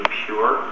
pure